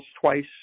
twice